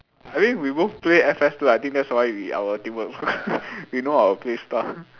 I mean we both play F_S two I think that's why we our teamwork so good we know our play style